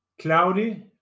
cloudy